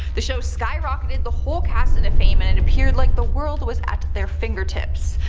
the show skyrocketed the whole cast into fame and it appeared like the world was at their fingertips.